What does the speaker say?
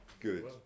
Good